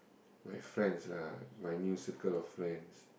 my friends lah my new circle of friends